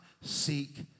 seek